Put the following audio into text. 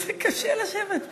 קשה לשבת פה.